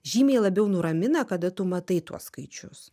žymiai labiau nuramina kada tu matai tuos skaičius